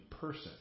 person